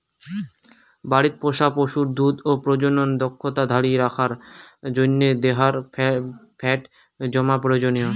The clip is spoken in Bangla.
বাড়িত পোষা পশুর দুধ ও প্রজনন দক্ষতা ধরি রাখার জইন্যে দেহার ফ্যাট জমা প্রয়োজনীয়